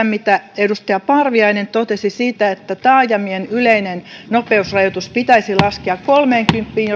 mitä edustaja parviainen totesi siitä että taajamien yleinen nopeusrajoitus pitäisi laskea kolmeenkymppiin